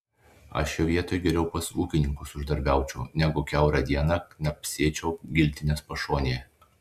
aš jo vietoj geriau pas ūkininkus uždarbiaučiau negu kiaurą dieną knapsėčiau giltinės pašonėje